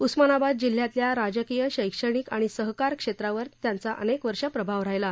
उस्मानाबाद जिल्हयातल्या राजकीय शैक्षणिक आणि सहकार क्षेत्रावर अनेक वर्ष प्रभाव राहिला